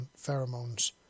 pheromones